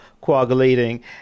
coagulating